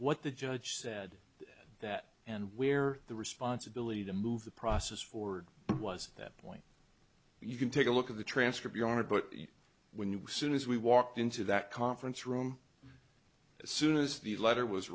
what the judge said that and where the responsibility to move the process forward was that point you can take a look at the transcript yard but when you soon as we walked into that conference room as soon as the letter was